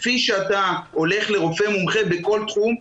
כפי שאתה הולך לרופא מומחה בכל תחום,